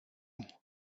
and